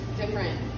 different